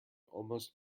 almost